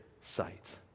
sight